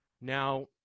Now